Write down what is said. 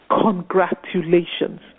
congratulations